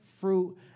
fruit